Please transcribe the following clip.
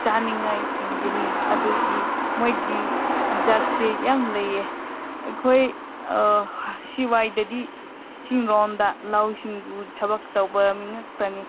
ꯆꯥꯅꯤꯡꯉꯥꯏ ꯄꯤꯕꯅꯤ ꯑꯗꯨꯒꯤ ꯃꯣꯏꯒꯤ ꯏꯖꯠꯁꯦ ꯌꯥꯝ ꯂꯩꯌꯦ ꯑꯩꯈꯣꯏ ꯁꯋꯥꯏꯗꯗꯤ ꯆꯤꯡꯂꯣꯟꯗ ꯂꯧꯁꯤꯡꯕꯨ ꯊꯕꯛ ꯇꯧꯕ ꯃꯤꯉꯥꯛꯇꯅꯤ